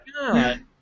God